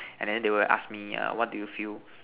and then they will ask me err what do you feel